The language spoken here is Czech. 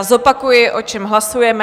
Zopakuji, o čem hlasujeme.